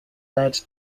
led